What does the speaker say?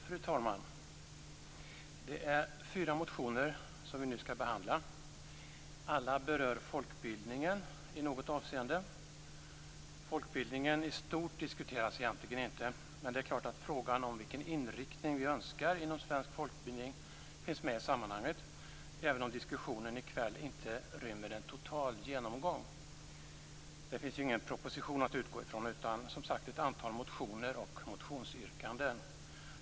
Fru talman! Det är fyra motioner som vi nu skall behandla. Alla berör folkbildningen i något avseende. Folkbildningen i stort diskuteras egentligen inte. Men det är klart att frågan om vilken inriktning vi önskar inom svensk folkbildning finns med i sammanhanget även om diskussionen i kväll inte rymmer en total genomgång. Det finns ingen proposition att utgå från utan ett antal motioner och motionsyrkanden.